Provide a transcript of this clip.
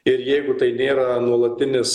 ir jeigu tai nėra nuolatinis